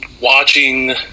watching